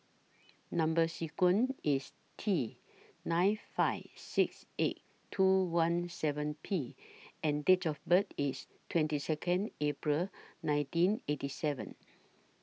Number sequence IS T nine five six eight two one seven P and Date of birth IS twenty Second April nineteen eighty seven